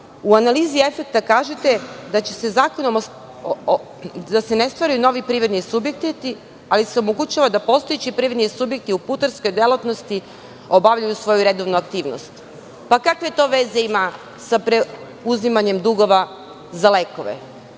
U analizi efekta kažete da se ne stvaraju novi privredni subjekti, ali se omogućava da postojeći privredni subjekti u putarskoj delatnosti obavljaju svoju redovnu aktivnost. Kakve to veze ima sa preuzimanjem dugova za lekove?